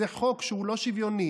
זה חוק שהוא לא שוויוני,